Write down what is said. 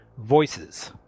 voices